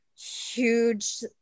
huge